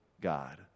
God